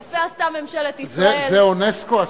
יפה עשתה ממשלת ישראל, זה אונסק"ו עשתה.